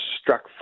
struck